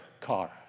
car